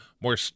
more